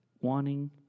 wanting